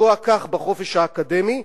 לפגוע כך בחופש האקדמי,